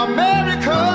America